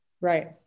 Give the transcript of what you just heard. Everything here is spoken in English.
right